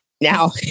Now